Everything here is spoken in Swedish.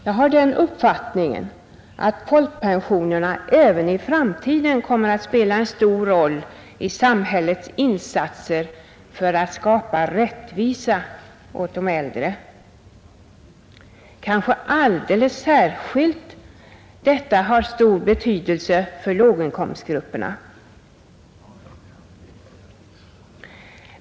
Jag har den uppfattningen att folkpensionerna även i framtiden kommer att spela en stor roll i samhällets insatser för att skapa rättvisa åt de äldre. Detta har stor betydelse kanske alldeles särskilt för låginkomstgrupperna.